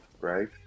right